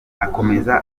akomeza